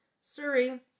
Surrey